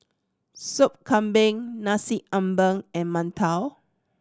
Sop Kambing Nasi Ambeng and mantou